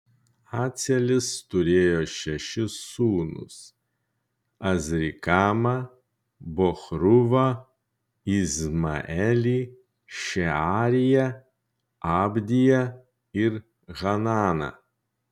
acelis turėjo šešis sūnus azrikamą bochruvą izmaelį šeariją abdiją ir hananą